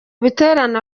biterane